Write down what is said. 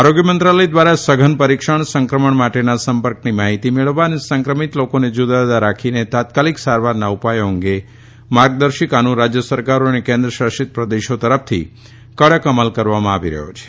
આરોગ્ય મંત્રાલય ધ્વારા સઘન પરીક્ષણ સંક્રમણ માટેના સંપર્કની માહિતી મેળવવા અને સંક્રમિત લોકોને જુદા જુદા રાખીને તાત્કાલીક સારવારના ઉપાયો અંગે માર્ગદર્શિકાનું રાજય સરકારો અને કેન્દ્ર શાસિત પ્રદેશો તરફથી કડક અમલ કરવામાં આવી રહયો છે